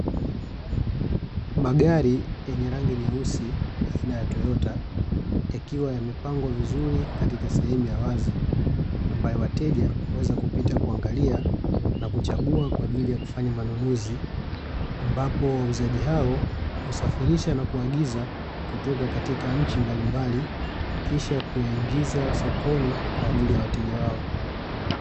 Magari yenye rangi nyeusi aina ya Toyota yakiwa yamepangwa vizuri katika sehemu ya wazi ambayo wateja waweze kupita kuangalia na kuchagua kwa ajili ya kufanya manunuzi ambapo wauzaji hao husafirisha na kuagiza kutoka katika nchi mbalimbali kisha kuyaingiza sokoni kwa ajili ya wateja wao.